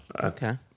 okay